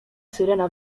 syrena